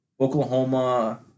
Oklahoma